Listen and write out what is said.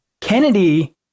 Kennedy